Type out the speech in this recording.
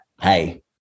hey